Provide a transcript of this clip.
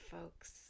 folks